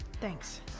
Thanks